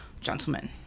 gentlemen